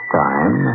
time